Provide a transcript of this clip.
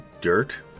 dirt